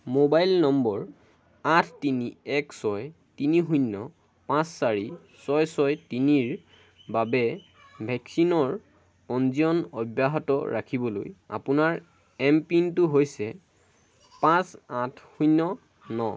mobile নম্বৰ আঠ তিনি এক ছয় তিনি শূন্য পাঁচ চাৰি ছয় ছয় তিনিৰ বাবে ভেকচিনৰ পঞ্জীয়ন অব্যাহত ৰাখিবলৈ আপোনাৰ এমপিনটো হৈছে পাঁচ আঠ শূন্য